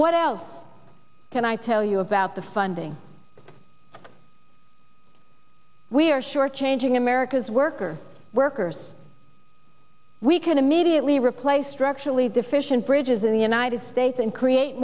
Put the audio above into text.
what else can i tell you about the funding we are shortchanging america's worker workers we can immediately replaced structurally deficient bridges in the united states and create